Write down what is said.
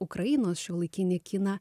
ukrainos šiuolaikinį kiną